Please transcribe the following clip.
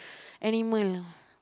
animal